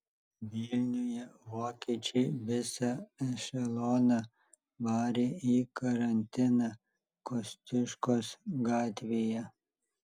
vilniuje vokiečiai visą ešeloną varė į karantiną kosciuškos gatvėje